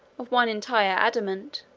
of one entire adamant,